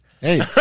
Hey